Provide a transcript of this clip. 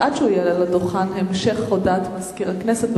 עד שהוא יעלה לדוכן, המשך הודעת סגן מזכירת הכנסת.